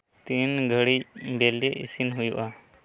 ᱛᱤᱱ ᱜᱷᱟᱹᱲᱤᱡ ᱵᱤᱞᱤ ᱤᱥᱤᱱ ᱦᱩᱭᱩᱜᱼᱟ